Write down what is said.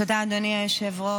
תודה, אדוני היושב-ראש.